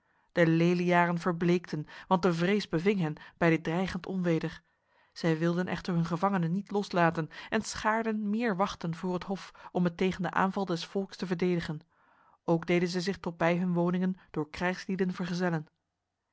de leliaren verbleekten want de vrees beving hen bij dit dreigend onweder zij wilden echter hun gevangene niet loslaten en schaarden meer wachten voor het hof om het tegen de aanval des volks te verdedigen ook deden zij zich tot bij hun woningen door krijgslieden vergezellen